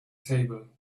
table